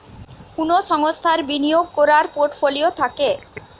কুনো সংস্থার বিনিয়োগ কোরার পোর্টফোলিও থাকে